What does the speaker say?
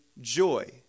joy